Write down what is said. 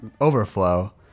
overflow